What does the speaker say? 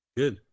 good